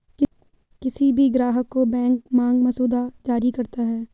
किसी भी ग्राहक को बैंक मांग मसौदा जारी करता है